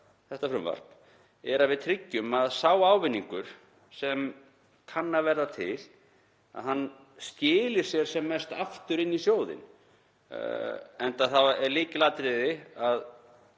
þetta frumvarp er að við tryggjum að sá ávinningur sem kann að verða til skili sér sem mest aftur inn í sjóðinn, enda er það lykilatriði